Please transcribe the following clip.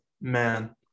man